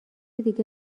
دیگه